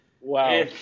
Wow